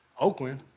Oakland